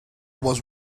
was